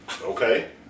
Okay